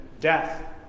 death